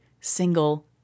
single